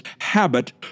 habit